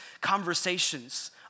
conversations